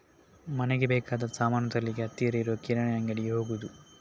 ಮನೆಗೆ ಬೇಕಾದ ಸಾಮಾನು ತರ್ಲಿಕ್ಕೆ ಹತ್ತಿರ ಇರುವ ಕಿರಾಣಿ ಅಂಗಡಿಗೆ ಹೋಗುದು